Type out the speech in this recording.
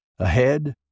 Ahead